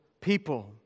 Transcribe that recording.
people